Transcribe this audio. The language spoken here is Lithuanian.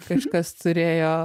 kažkas turėjo